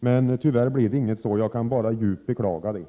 Men tyvärr blev det inte så, och jag kan bara djupt beklaga detta.